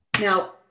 Now